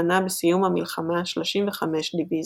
מנה בסיום המלחמה 35 דיוויזיות.